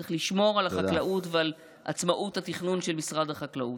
צריך לשמור על החקלאות ועל עצמאות התכנון של משרד החקלאות.